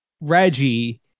Reggie